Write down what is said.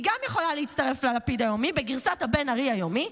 היא גם יכולה להצטרף ללפיד היומי בגרסת הבן ארי היומי.